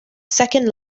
second